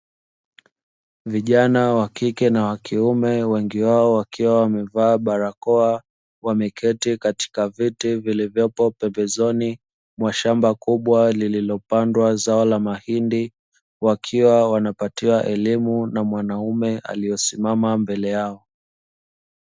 Vijana wakike na wa kiume wengi wao wakiwa wamevaa barakoa, wameketi katika viti vilivyopo mwanzoni mwa shamba kubwa lililopandwa zao la mahindi, wakiwa wanapatiwa elimu na mwanaume aliyesimama mbele yao.